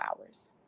hours